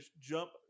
jump